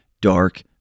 dark